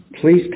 please